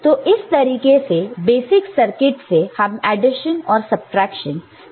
तो इस तरीके से बेसिक सर्किट से हम एडिशन और सबट्रैक्शन कर सकते हैं